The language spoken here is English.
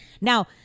Now